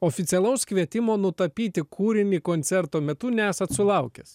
oficialaus kvietimo nutapyti kūrinį koncerto metu nesat sulaukęs